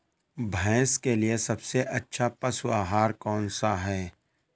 भैंस के लिए सबसे अच्छा पशु आहार कौन सा है?